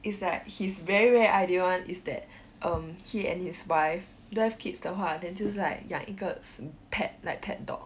it's like he's very rare ideal want is that um he and his wife don't have kids 的话 then 就是 like 养一个 pet like pet dog